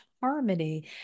harmony